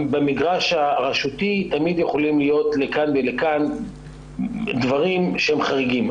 במגרש הרשותי תמיד יכולים להיות לכאן ולכאן דברים שהם חריגים.